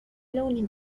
لون